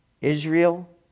israel